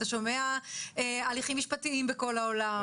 אתה שומע על הליכים משפטיים בכל העולם.